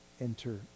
enter